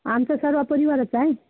आमचा सर्व परिवारच आहे